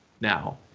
now